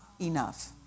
enough